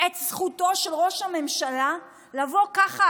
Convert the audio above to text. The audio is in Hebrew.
את זכותו של ראש הממשלה לבוא ככה,